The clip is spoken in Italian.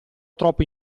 troppo